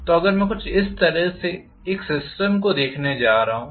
तो अगर मैं कुछ इस तरह से एक सिस्टम को देख रहा हूँ